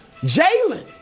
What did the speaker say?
Jalen